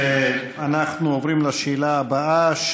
אנחנו עוברים לשאלה הבאה,